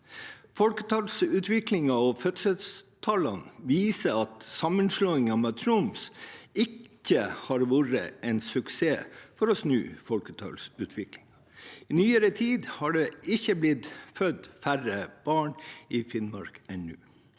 Folketallsutviklingen og fødselstallene viser at sammenslåingen med Troms ikke har vært en suksess for å snu folketallsutviklingen. I nyere tid har det ikke blitt født færre barn i Finnmark enn